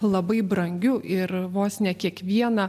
labai brangiu ir vos ne kiekvieną